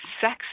sex